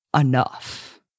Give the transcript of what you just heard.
enough